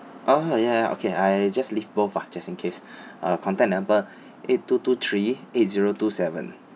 oh ya ya okay I just leave both ah just in case uh contact number eight two two three eight zero two seven